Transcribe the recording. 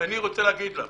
ואני רוצה להגיד לך,